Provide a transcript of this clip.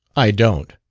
i don't.